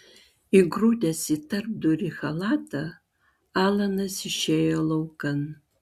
įgrūdęs į tarpdurį chalatą alanas išėjo laukan